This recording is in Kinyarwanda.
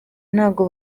ntabwo